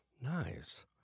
Nice